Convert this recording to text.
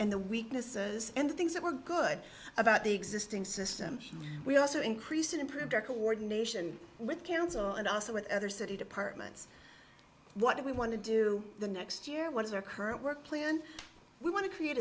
and the weaknesses and things that were good about the existing system we also increased improved our coordination with council and also with other city departments what do we want to do the next year what is our current work plan we want to create